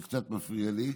זה קצת מפריע לי.